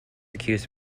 accused